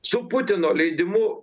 su putino leidimu